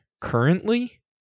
currently